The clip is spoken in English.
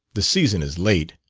the season is late,